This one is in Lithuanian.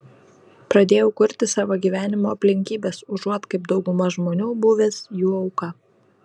pradėjau kurti savo gyvenimo aplinkybes užuot kaip dauguma žmonių buvęs jų auka